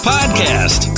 Podcast